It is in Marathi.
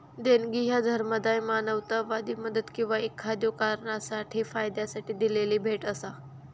देणगी ह्या धर्मादाय, मानवतावादी मदत किंवा एखाद्यो कारणासाठी फायद्यासाठी दिलेली भेट असा